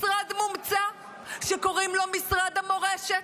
משרד מומצא שקוראים לו משרד המורשת,